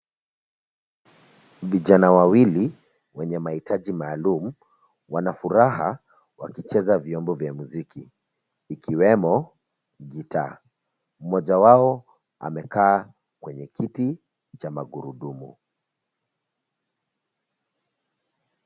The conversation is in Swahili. Vijana wawili wenye mahitaji maalum wana furaha wakicheza vyombo vya muziki ikiwemo gitaa. Mmoja wao amekaa kwenye kiti cha magurudumu.